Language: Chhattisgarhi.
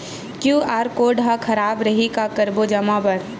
क्यू.आर कोड हा खराब रही का करबो जमा बर?